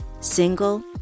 single